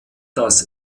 das